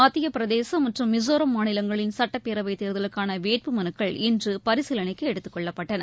மத்தியபிரதேசும் மற்றும் மிசோராம் மாநிலங்களின் சட்டப்பேரவைத் தேர்தலுக்கானவேட்புமலுக்கள் இன்றுபரிசீலனைக்குஎடுத்துக் கொள்ளப்பட்டன